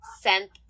sent